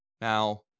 Now